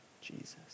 Jesus